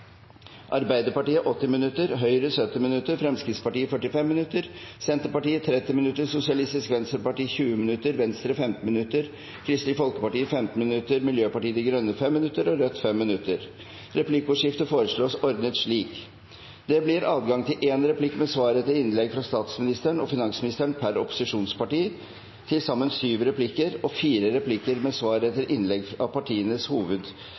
Arbeiderpartiet 80 minutter, Høyre 70 minutter, Fremskrittspartiet 45 minutter, Senterpartiet 30 minutter, Sosialistisk Venstreparti 20 minutter, Venstre 15 minutter, Kristelig Folkeparti 15 minutter, Miljøpartiet De Grønne 5 minutter og Rødt 5 minutter. Replikkordskiftet foreslås ordnet slik: Det blir – innenfor den fordelte taletid – adgang til én replikk med svar etter innlegg fra statsministeren og finansministeren per opposisjonsparti, til sammen syv replikker, og fire replikker med svar etter innlegg fra partienes